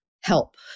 help